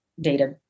data